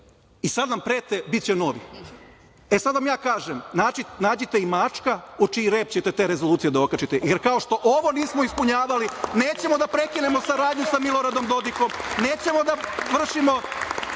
i sad nam prete biće novih. Sad vam ja kažem nađite i mačka o čiji rep ćete te rezolucije i da okačite, jer kao što ovo nismo ispunjavali, nećemo da prekinemo saradnju sa Miloradom Dodikom, nećemo da vršimo